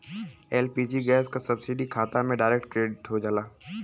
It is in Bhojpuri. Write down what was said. एल.पी.जी गैस क सब्सिडी खाता में डायरेक्ट क्रेडिट हो जाला